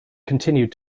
continued